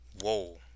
Whoa